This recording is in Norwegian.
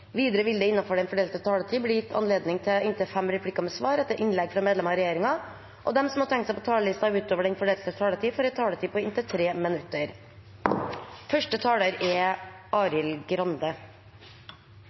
Videre vil det – innenfor den fordelte taletid – bli gitt anledning til inntil fem replikker med svar etter innlegg fra medlemmer av regjeringen, og de som måtte tegne seg på talerlisten utover den fordelte taletid, får en taletid på inntil 3 minutter.